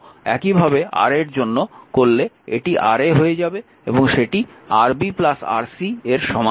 একইভাবে Ra এর জন্য করলে এটি Ra হয়ে যাবে এবং সেটি Rb Rc এর সমান্তরালে দেখতে পাবেন